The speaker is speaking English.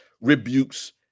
rebukes